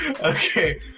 Okay